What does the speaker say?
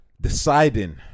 deciding